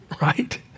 right